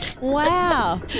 Wow